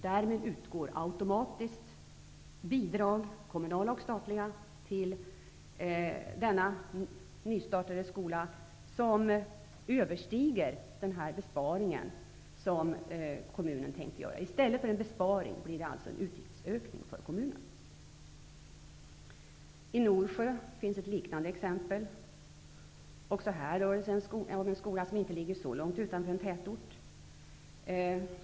Därmed utgår automatiskt bidrag, både kommunala och statliga, till den här nystartade skolan som överstiger den besparing som kommunen tänkt göra. I stället för en besparing blir det alltså en utgiftsökning för kommunen. I Norsjö konstateras ett liknande exempel. Också här rör det sig om en skola som inte ligger så långt utanför en tätort.